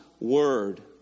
Word